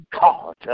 God